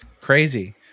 Crazy